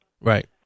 Right